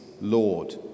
Lord